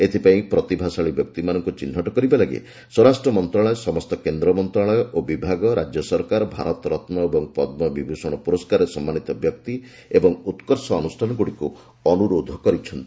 ଏଥିପାଇଁ ପ୍ରତିଭାଶାଳୀ ବ୍ୟକ୍ତିମାନଙ୍କୁ ଚିହ୍ନଟ କରିବା ଲାଗି ସ୍ୱରାଷ୍ଟ୍ର ମନ୍ତ୍ରଣାଳୟ ସମସ୍ତ କେନ୍ଦ୍ର ମନ୍ତ୍ରଣାଳୟ ଓ ବିଭାଗ ରାଜ୍ୟ ସରକାର ଭାରତ ରତ୍ନ ଓ ପଦ୍ମ ବିଭୂଷଣ ପୁରସ୍କାରରେ ସମ୍ମାନିତ ବ୍ୟକ୍ତି ଓ ଉତ୍କର୍ଷ ଅନୁଷ୍ଠାନ ଗୁଡ଼ିକୁ ଅନୁରୋଧ କରିଛି